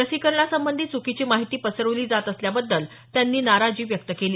लसीकरणासंबंधी च्कीची माहिती पसरवली जात असल्याबद्दल त्यांनी नाराजी व्यक्त केली